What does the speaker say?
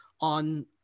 on